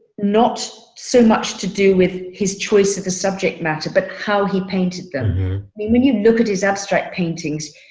not so much to do with his choice of a subject matter, but how he painted them. i mean, when you look at his abstract paintings,